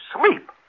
sleep